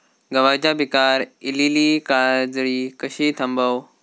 गव्हाच्या पिकार इलीली काजळी कशी थांबव?